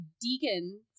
Deacon